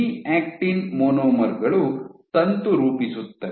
G actin ಮೊನೊಮರ್ಗಳು ತಂತು ರೂಪಿಸುತ್ತವೆ